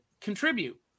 contribute